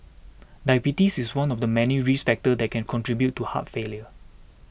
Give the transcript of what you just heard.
diabetes is one of the many risk factors that can contribute to heart failure